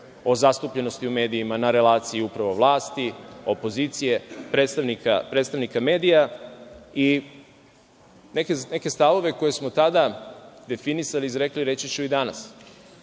o zastupljenosti u medijima na relaciji upravo vlasti, opozicije, predstavnika medija i neke stavove koje smo tada definisali i izrekli reći ću i